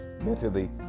mentally